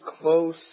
close